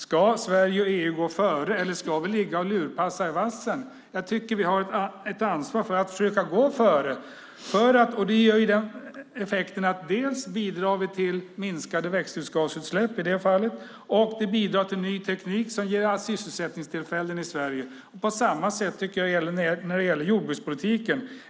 Ska Sverige och EU gå före, eller ska vi ligga och lurpassa i vassen? Jag tycker att vi har ett ansvar för att försöka gå före. Det ger ju den effekten att vi bidrar till minskade växthusgasutsläpp, i det fallet. Och det bidrar till ny teknik som ger sysselsättningstillfällen i Sverige. På samma sätt är det när det gäller jordbrukspolitik.